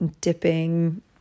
dipping